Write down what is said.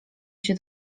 się